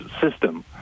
System